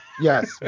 Yes